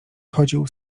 chodził